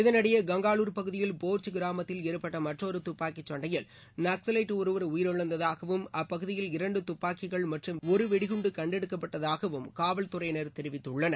இதனிடையே கங்காலூர் பகுதியில் போர்ஜ் கிராமத்தில் ஏற்பட்ட மற்றொரு துப்பாக்கிச் சண்டையில் நக்ஸலைட் ஒருவர் உயிரிழந்ததாகவும் அப்பகுதியில் இரன்டு துப்பாக்கிகள் மற்றும் ஒரு வெடிகுண்டு கண்டெடுக்கப்பட்டதாகவும் காவல் துறையினர் தெரிவித்னர்